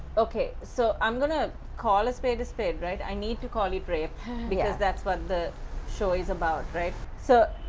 okay, so, i'm gonna call a spade a spade right, i need to call it rape because that's what the show is about right so.